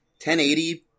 1080